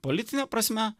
politine prasme